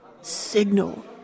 signal